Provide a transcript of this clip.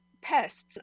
pests